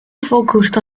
focused